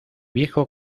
viejo